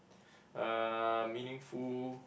uh meaningful